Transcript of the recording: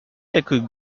quelques